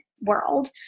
world